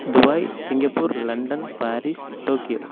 Dubai Singapore London Paris Tokyo